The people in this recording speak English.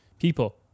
people